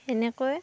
সেনেকৈ